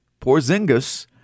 Porzingis